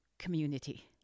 community